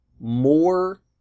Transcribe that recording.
more